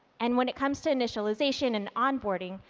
and when it comes to initialization and onboarding,